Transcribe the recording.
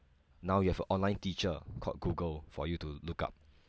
now you have a online teacher called google for you to look up